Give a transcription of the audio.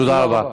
תודה רבה.